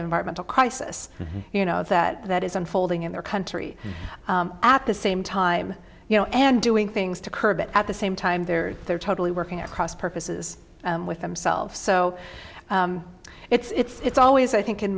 environmental crisis you know that is unfolding in their country at the same time you know and doing things to curb it at the same time they're they're totally working at cross purposes with themselves so it's always i think in